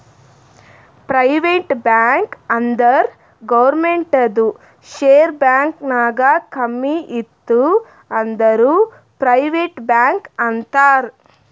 private bank ಅಂದುರ್ ಗೌರ್ಮೆಂಟ್ದು share bank ನಾಗ್ ಕಮ್ಮಿ ಇತ್ತು ಅಂದುರ್ ಪ್ರೈವೇಟ್ ಬ್ಯಾಂಕ್ ಅಂತಾರ್